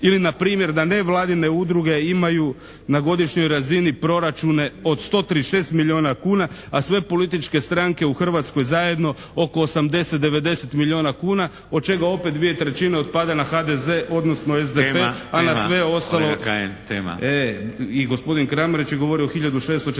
Ili na primjer, da nevladine udruge imaju na godišnjoj razini proračuna od 136 milijuna kuna a sve političke stranke u Hrvatskoj zajedno oko 80 do 90 milijuna kuna od čega opet 2/3 otpada na HDZ odnosno SDP a na sve ostalo. **Šeks, Vladimir (HDZ)** Kolega Kajin, tema. **Kajin, Damir (IDS)** I gospodin Kramarić je govorio o 1649.